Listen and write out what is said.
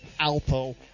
Alpo